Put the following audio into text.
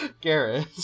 Garrett